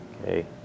okay